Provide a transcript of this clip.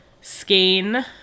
skein